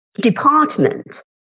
department